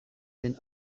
den